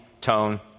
tone